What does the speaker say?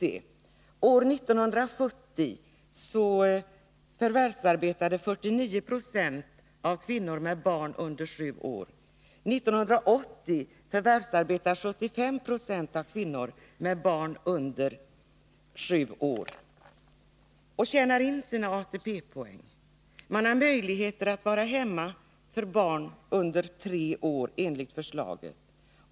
År 1970 förvärvsarbetade 49 96 av kvinnor med barn under sju år. År 1980 förvärvsarbetade 75 96 av kvinnor med barn under sju år och tjänade in sina ATP-poäng. Man har möjligheter att vara hemma för vård av barn under tre år enligt förslaget.